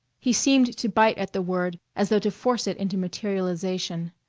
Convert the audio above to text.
he seemed to bite at the word as though to force it into materialization.